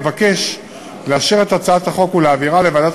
אבקש לאשר את הצעת החוק ולהעבירה לוועדת